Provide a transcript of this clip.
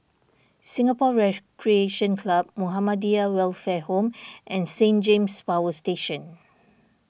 Singapore Recreation Club Muhammadiyah Welfare Home and Saint James Power Station